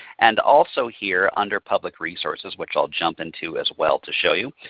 and also here under public resources which i will jump into as well to show you.